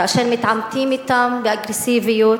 כאשר מתעמתים אתם באגרסיביות.